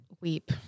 weep